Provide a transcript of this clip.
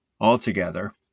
altogether